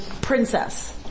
princess